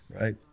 Right